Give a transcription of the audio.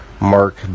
Mark